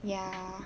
ya